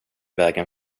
vägen